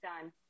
done